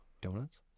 Donuts